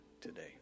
today